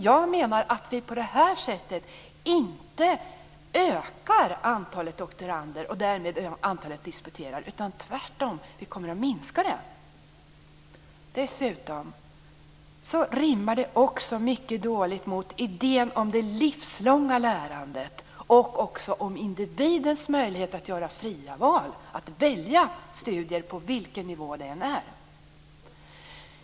Jag menar att vi på det här sättet inte ökar antalet doktorander och därmed antalet som disputerar. Tvärtom kommer antalet att minska. Dessutom rimmar det också mycket dåligt med idén om det livslånga lärandet och med individens möjlighet att göra fria val, att välja studier på vilken nivå det än är.